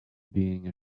being